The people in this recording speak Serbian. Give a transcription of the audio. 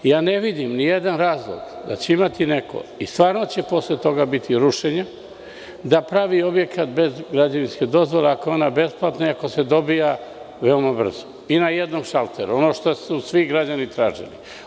Ne vidim da će neko imati nijedan razlog, i stvarno će posle toga biti rušenje, da pravi objekat bez građevinske dozvole, ako je ona besplatna, ako se dobija veoma brzo i na jednom šalteru, ono što su svi građani tražili.